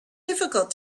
difficult